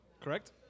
Correct